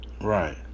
Right